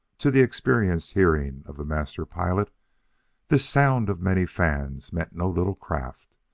to the experienced hearing of the master pilot this sound of many fans meant no little craft.